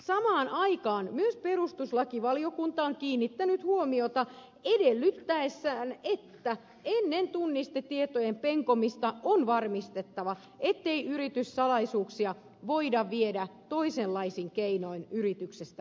samaan asiaan myös perustuslakivaliokunta on kiinnittänyt huomiota edellyttäessään että ennen tunnistetietojen penkomista on varmistettava ettei yrityssalaisuuksia voida viedä toisenlaisin keinoin yrityksestä ulos